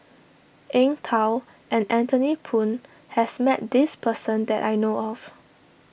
Eng Tow and Anthony Poon has met this person that I know of